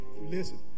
listen